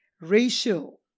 racial